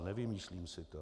Nevymýšlím si to.